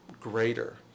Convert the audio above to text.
greater